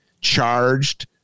charged